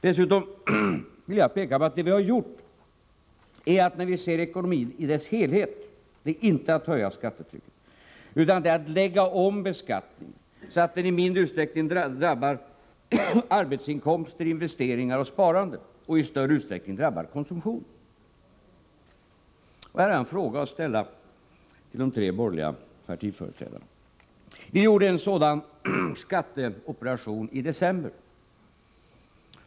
Dessutom vill jag, när vi ser på ekonomin i dess helhet, peka på att vi inte har höjt skattetrycket utan lagt om beskattningen så att den i mindre utsträckning drabbar arbetsinkomster, investeringar och sparande och i större utsträckning drabbar konsumtion. I detta sammanhang har jag en fråga att ställa till de tre borgerliga partiföreträdarna. Vi gjorde en skatteoperation i december.